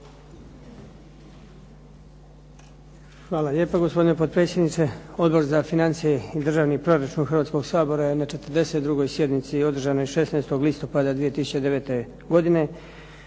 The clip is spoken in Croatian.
Hvala lijepa gospodine potpredsjedniče. Odbor za financije i državni proračun Hrvatskoga sabora je na 42. sjednici održanoj 16. listopada 2009. godine